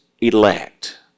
elect